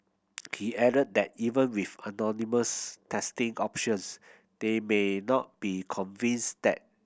he added that even with anonymous testing options they may not be convinced that